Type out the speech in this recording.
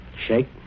shake